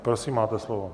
Prosím, máte slovo.